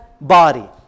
body